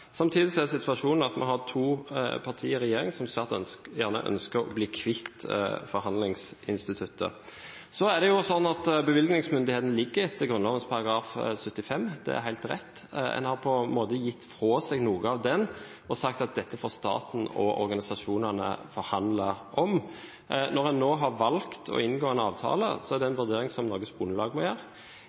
Samtidig er situasjonen den at vi har to partier i regjering som gjerne ønsker å bli kvitt forhandlingsinstituttet. Så er det sånn at bevilgningsmyndigheten ligger i Grunnloven § 75, det er helt rett. En har på en måte gitt fra seg noe av den og sagt at dette får staten og organisasjonene forhandle om. Når en nå har valgt å inngå en avtale, er det en vurdering som Norges Bondelag må gjøre.